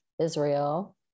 Israel